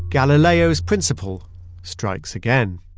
galileo's principle strikes again.